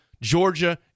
Georgia